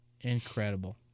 incredible